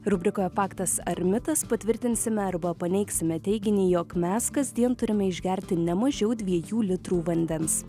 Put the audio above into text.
rubrikoje faktas ar mitas patvirtinsime arba paneigsime teiginį jog mes kasdien turime išgerti ne mažiau dviejų litrų vandens